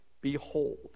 Behold